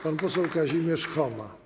Pan poseł Kazimierz Choma.